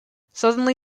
suddenly